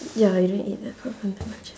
ya you didn't eat that